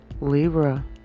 Libra